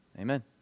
amen